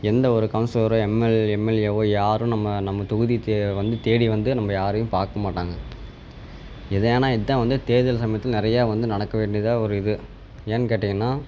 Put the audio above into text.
எந்த ஒரு கவுன்சிலரோ எம்எல் எம்எல்ஏவோ யாரும் நம்ம நம்ம தொகுதி தே வந்து தேடி வந்து நம்ம யாரையும் பார்க்க மாட்டாங்கள் இது ஏன்னால் இதான் வந்து தேர்தல் சமயத்தில் நிறையா வந்து நடக்க வேண்டியதாக ஒரு இது ஏன்னு கேட்டீங்கன்னால்